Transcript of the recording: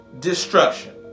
Destruction